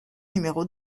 numéro